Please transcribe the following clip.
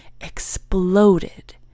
exploded